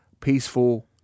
Peaceful